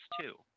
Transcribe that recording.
two